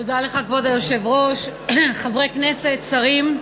כבוד היושב-ראש, תודה לך, חברי הכנסת, שרים,